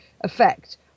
effect